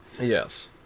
Yes